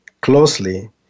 closely